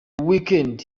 weekend